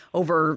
over